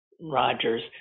Rogers